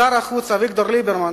שר החוץ אביגדור ליברמן